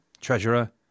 Treasurer